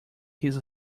his